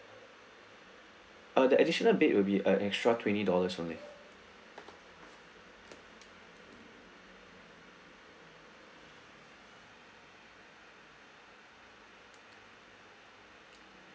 err the additional bed will be an extra twenty dollars only